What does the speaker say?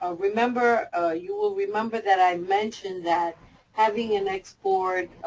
ah remember, ah you will remember that i mentioned that having an export,